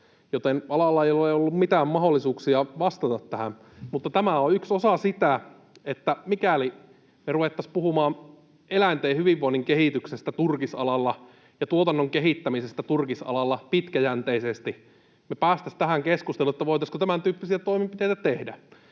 joten alalla ei ole ollut mitään mahdollisuuksia vastata tähän. Tämä on yksi osa sitä, että mikäli me ruvettaisiin puhumaan eläinten hyvinvoinnin kehityksestä turkisalalla ja tuotannon kehittämisestä turkisalalla pitkäjänteisesti, me päästäisiin tähän keskusteluun, voitaisiinko tämäntyyppisiä toimenpiteitä tehdä.